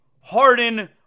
Harden